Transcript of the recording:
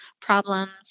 problems